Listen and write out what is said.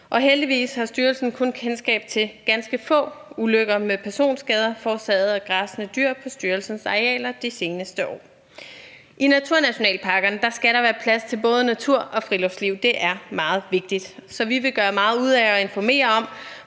og heldigvis har styrelsen kun kendskab til ganske få ulykker med personskader forårsaget af græssende dyr på styrelsens arealer de seneste år. I naturnationalparkerne skal der være plads til både natur og friluftsliv; det er meget vigtigt. Så vi vil gøre meget ud af at informere om,